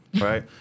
right